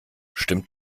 stimmt